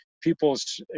people's